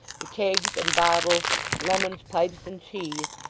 the kegs and bottles, lemons, pipes, and cheese,